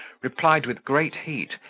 replied with great heat,